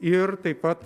ir taip pat